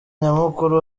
nyamukuru